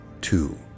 two